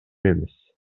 эмес